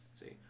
see